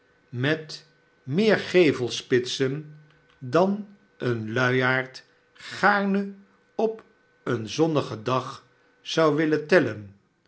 met meer gevelspitsen dan een luiaard gaarne op een zonnigen dag zou willen tellen